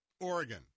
Oregon